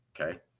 Okay